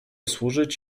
służyć